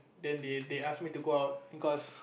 then they they ask me to go out because